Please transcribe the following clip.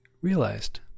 realized